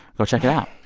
go check it out.